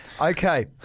Okay